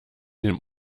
dem